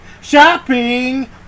Shopping